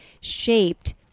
shaped